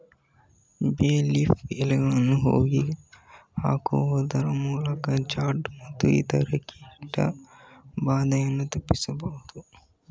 ಬೇ ಲೀಫ್ ಎಲೆಗಳನ್ನು ಹೋಗಿ ಹಾಕುವುದರಮೂಲಕ ಜಾಡ್ ಮತ್ತು ಇತರ ಕೀಟ ಬಾಧೆಯನ್ನು ತಪ್ಪಿಸಬೋದು